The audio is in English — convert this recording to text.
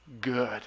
good